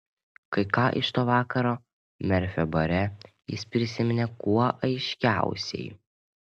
kai ką iš to vakaro merfio bare jis prisiminė kuo aiškiausiai